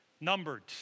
numbered